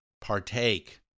partake